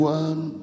one